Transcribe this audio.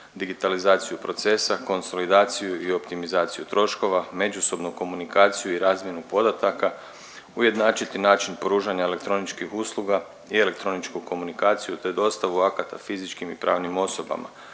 digitalizaciju procesa, konsolidaciju i optimizaciju troškova, međusobnu komunikaciju i razmjenu podataka, ujednačiti način pružanja elektroničkih usluga i elektroničku komunikaciju te dostavu akata fizičkim i pravnim osobama.